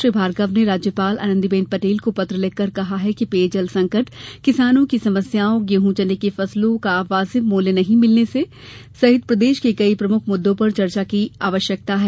श्री भार्गव ने राज्यपाल आनंदीबेन पटेल को पत्र लिखकर कहा है कि पेयजल संकट किसानों की समस्याओं गेहूं चने की फसलों का वाजिब मूल्य नहीं मिलने सहित प्रदेश के कई प्रमुख मुद्दों पर चर्चा की आवश्यकता है